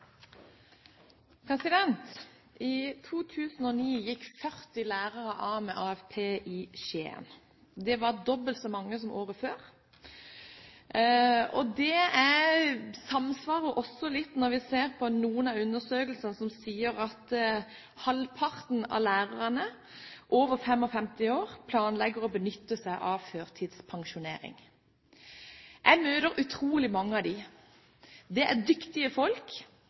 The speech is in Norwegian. lærested. I 2009 gikk 40 lærere av med AFP i Skien. Det var dobbelt så mange som året før. Det samsvarer også litt med noen undersøkelser som sier at halvparten av lærerne over 55 år planlegger å benytte seg av førtidspensjonering. Jeg møter utrolig mange av dem. Det er dyktige folk.